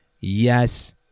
yes